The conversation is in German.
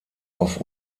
auf